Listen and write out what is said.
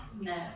No